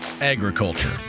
agriculture